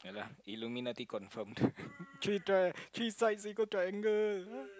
illuminati confirmed three tr~ three sides equal triangle